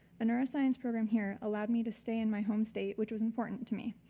a neuroscience program here allowed me to stay in my home state which was important to me.